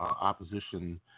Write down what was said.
opposition